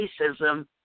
racism